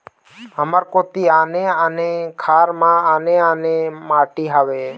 हमर कोती आने आने खार म आने आने माटी हावे?